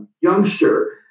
youngster